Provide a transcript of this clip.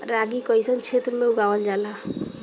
रागी कइसन क्षेत्र में उगावल जला?